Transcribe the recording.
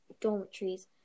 dormitories